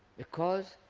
because